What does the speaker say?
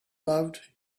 loved